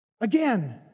Again